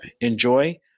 Enjoy